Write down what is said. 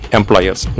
employers